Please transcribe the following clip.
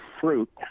Fruit